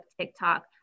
TikTok